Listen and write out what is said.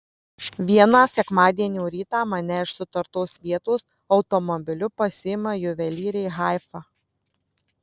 vieną sekmadienio rytą mane iš sutartos vietos automobiliu pasiima juvelyrė haifa